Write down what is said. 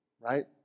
right